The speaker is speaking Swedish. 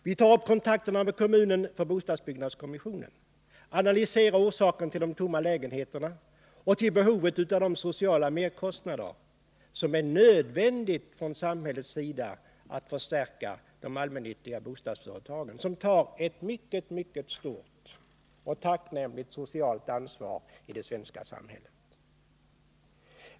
Vi vill analysera orsakerna till de tomma lägenheterna och till de sociala merkostnader som det blir nödvändigt att samhället tar på sig för att förstärka de allmännyttiga bostadsföretagen, som på ett tacknämligt sätt tar ett mycket stort socialt ansvar i det svenska samhället.